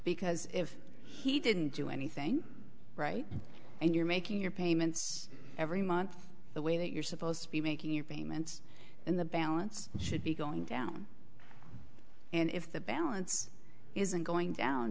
because if he didn't do anything right and you're making your payments every month the way that you're supposed to be making your payments in the balance should be going down and if the balance isn't going down